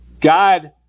God